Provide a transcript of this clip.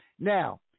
Now